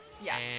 Yes